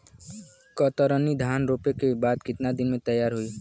कतरनी धान रोपे के बाद कितना दिन में तैयार होई?